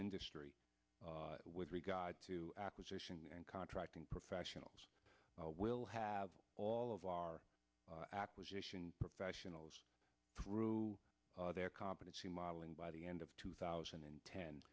industry with regard to acquisition and contracting professionals will have all of our acquisition professionals through their competency modeling by the end of two thousand and ten